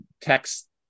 text